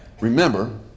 Remember